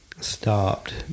stopped